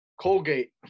Colgate